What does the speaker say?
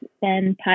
Ben